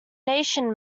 nation